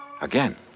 Again